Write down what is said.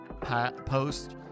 post